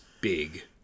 big